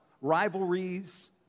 Rivalries